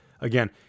again—